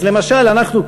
אז למשל אנחנו,